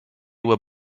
were